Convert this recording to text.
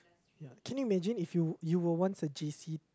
ya can you imagine if you you were once a J_C